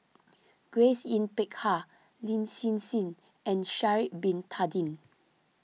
Grace Yin Peck Ha Lin Hsin Hsin and Sha'ari Bin Tadin